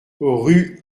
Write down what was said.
rue